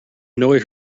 annoy